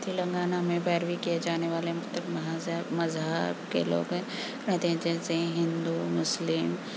تلنگانہ میں ییروی کیے جانے والے مختلف مذہب کے لوگ ہیں رہتے جیسے ہندو مسلم